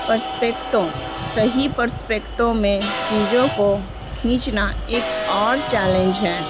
پرسپیکٹوں صحیح پرسپیکٹوں میں چیجوں کو کھینچنا ایک اور چیلنج ہے